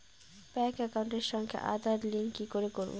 Bank একাউন্টের সঙ্গে Aadhaar link কি করে করবো?